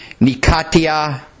Nikatia